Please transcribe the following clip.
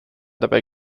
dabei